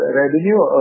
revenue